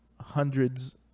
hundreds